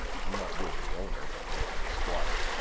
not being the owner, but merely a squatter,